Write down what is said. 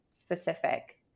specific